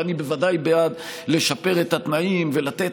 ואני בוודאי בעד לשפר את התנאים ולתת.